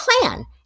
plan